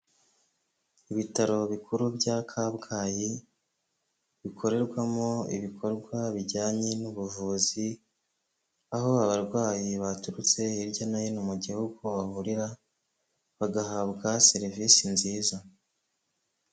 Ibitaro bikuru bya kabgayi bikorerwamo ibikorwa bijyanye n'ubuvuzi aho abarwayi baturutse hirya no hino mu gihugu bavurira bagahabwa serivisi nziza.